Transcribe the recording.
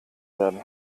werden